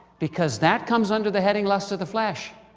because that comes under the heading lust of the flesh,